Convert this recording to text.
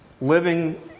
living